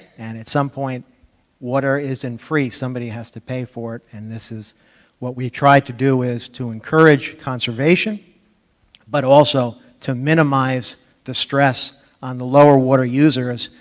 and at some point water isn't free, somebody has to pay for it, and this is what we tried to do is encourage conservation but also to minimize the stress on the lower water users,